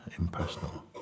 impersonal